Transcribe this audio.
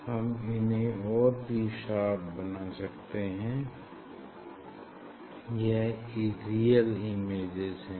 हम इन्हें और भी शार्प बना सकते हैं यह रियल इमेजेज हैं